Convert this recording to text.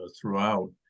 throughout